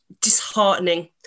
disheartening